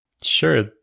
Sure